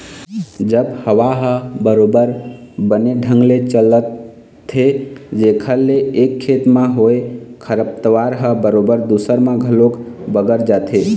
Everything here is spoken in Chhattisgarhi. जब हवा ह बरोबर बने ढंग ले चलथे जेखर ले एक खेत म होय खरपतवार ह बरोबर दूसर म घलोक बगर जाथे